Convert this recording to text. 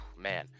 Man